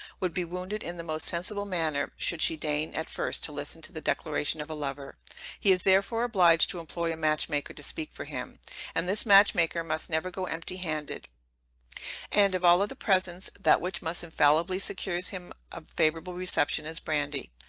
would be wounded in the most sensible manner, should she deign at first to listen to the declaration of a lover he is therefore obliged to employ a match-maker to speak for him and this match-maker must never go empty handed and of all other presents, that which must infallibly secures him a favorable reception is brandy.